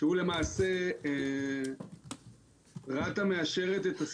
שהוא למעשה רת"א מאשרת,